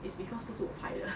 it's because 不是我拍的